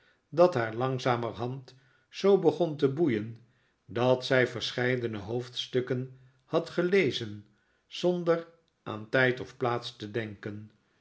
dat haar langzamerhand zoo begon te boeien dat zij verscheidene hoofdstukken had gelezen zonder aan tijd of plaats te denken